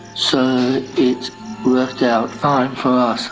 so it worked out fine for us.